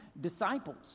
disciples